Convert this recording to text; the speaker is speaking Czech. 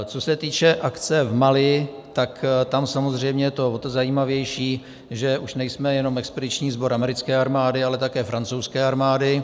Co se týče akce v Mali, tak tam samozřejmě je to o to zajímavější, že už nejsme jenom expediční sbor americké armády, ale také francouzské armády.